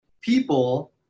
people